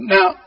Now